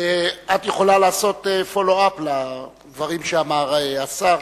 את יכולה לעשות follow up לדברים שאמר השר.